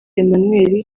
emmanuel